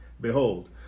Behold